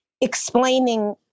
explaining